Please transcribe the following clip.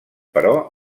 però